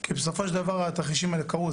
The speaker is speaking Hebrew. כי בסופו של דבר התרחישים האלה קרו.